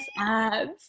ads